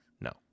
no